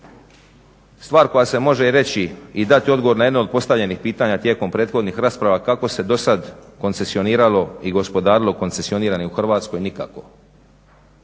stvar koja se može reći i dati odgovor na jedno od postavljenih pitanja tijekom prethodnih rasprava, kako se do sada koncesioniralo i gospodarilo konecesioniranje u Hrvatsko. Nikako.